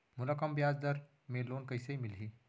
मोला कम ब्याजदर में लोन कइसे मिलही?